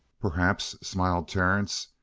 perhaps, smiled terence.